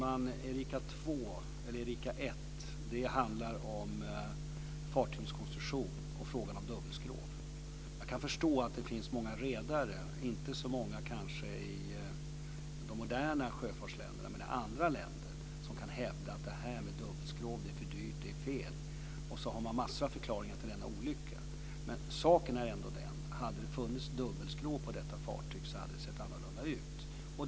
Fru talman! Erika I handlar om fartygens konstruktion och frågan om dubbelskrov. Jag kan förstå att det finns många redare - kanske inte så många i de moderna sjöfartsländerna, men i andra länder - som hävdar att det här med dubbelskrov är fel, och för dyrt. Man har säkert en massa förklaringar till denna olycka. Men saken är ändå den att om det hade funnits dubbelskrov på detta fartyg så hade det hela sett annorlunda ut.